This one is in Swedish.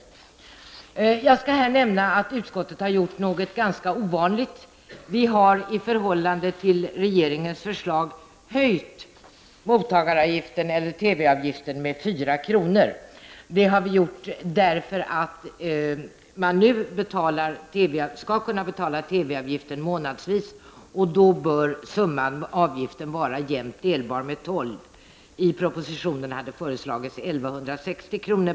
Jag skall här nämna att utskottet har gjort något ganska ovanligt. Vi har i förhållande till regeringens förslag höjt TV-avgiften med fyra kronor. Detta har vi gjort därför att man nu skall kunna betala TV-avgiften månadsvis, och då bör summan av avgiften vara jämt delbar tolv. I propositionen har förslagits 1 160 kr.